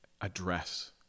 address